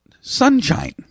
sunshine